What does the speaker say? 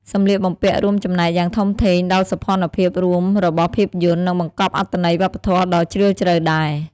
សម្លៀកបំពាក់រួមចំណែកយ៉ាងធំធេងដល់សោភ័ណភាពរួមរបស់ភាពយន្ត និងបង្កប់អត្ថន័យវប្បធម៌ដ៏ជ្រាលជ្រៅដែរ ។